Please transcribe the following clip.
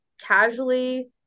casually